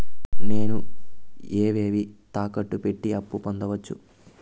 నేను ఏవేవి తాకట్టు పెట్టి అప్పు పొందవచ్చు?